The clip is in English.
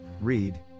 read